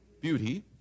Beauty